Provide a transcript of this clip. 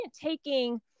taking